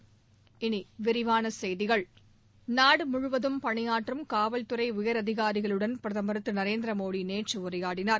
இனி விரிவான செய்திகள் நாடு முழுவதும் பணியாற்றும் காவல்துறை உயர் அதிகாரிகளுடன் பிரதமர் திரு நரேந்திர மோடி நேற்று உரையாடினார்